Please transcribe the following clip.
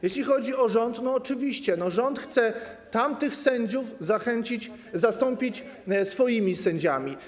Jeśli chodzi o rząd, oczywiście rząd chce tamtych sędziów zachęcić, zastąpić swoimi sędziami.